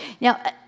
Now